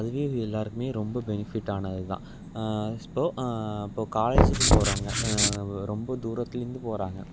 அதுவே எல்லாேருக்குமே ரொம்ப பெனிஃபிட்டானது தான் ஸ்போ இப்போது காலேஜுக்கு போகிறவுங்க வ ரொம்ப தூரத்துலேருந்து போகிறாங்க